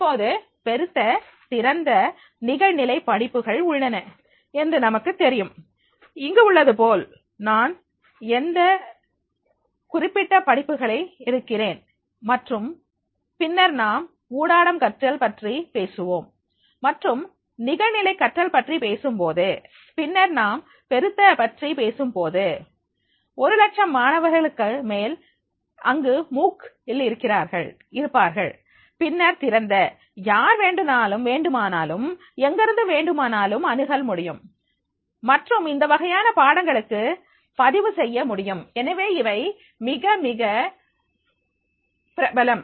இப்போது பெருத்த திறந்த நிகழ்நிலை படிப்புகள் உள்ளன என்று நமக்குத் தெரியும் இங்கு உள்ளது போல் நான் இந்த எம் குறிப்பிட்ட படிப்புகளுக்கு எடுக்கிறேன் மற்றும் பின்னர் நாம் ஊடாடம் கற்றல் பற்றி பேசுவோம் மற்றும் நிகழ்நிலை கற்றல் பற்றி நீங்கள் பேசும்போது பின்னர் நாம் பெருத்த பற்றிப் பேசும்போது ஒரு லட்சம் மாணவர்களுக்கு மேல் அங்கு முக் இல் இருப்பார்கள் பின்னர் திறந்த யார் வேண்டுமானாலும் எங்கிருந்து வேண்டுமானாலும் அணுகல் முடியும் மற்றும் இந்தவகையான பாடங்களுக்கு பதிவு செய்ய முடியும் எனவே இவை மிக மிக பிரபலம்